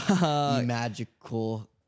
Magical